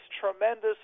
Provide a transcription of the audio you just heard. tremendous